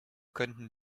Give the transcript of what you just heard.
könnten